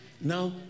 Now